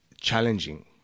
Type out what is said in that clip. challenging